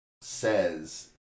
says